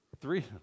three